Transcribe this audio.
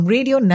Radio